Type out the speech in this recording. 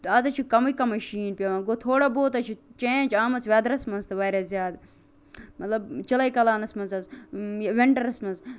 آز حظ چھُ کمی کمی شیٖن پیٚوان گوٚو تھورا بہت حظ چھِ چینٛج آمٕژ ویٚدرَس مَنٛز تہ واریاہ زیادٕ مَطلَب چلے کلانَس مَنٛز حظ وِنٹرس مَنٛز